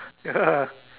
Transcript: ya